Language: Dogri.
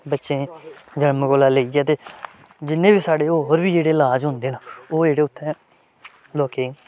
बच्चें दे जनम कोला लेइयै ते जिन्ने बी साढ़े होर बी जेह्ड़े लाज होंदे न ओह् जेह्ड़े उत्थै लोकें गी